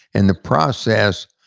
in the process,